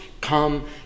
come